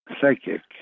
psychic